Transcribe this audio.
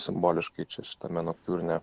simboliškai čia šitame noktiurne